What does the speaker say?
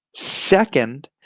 second,